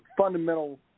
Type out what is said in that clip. fundamental